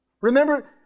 Remember